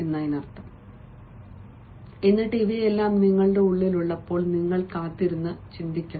എന്നിട്ട് ഇവയെല്ലാം നിങ്ങളുടെ ഉള്ളിൽ ഉള്ളപ്പോൾ നിങ്ങൾ കാത്തിരുന്ന് ചിന്തിക്കണം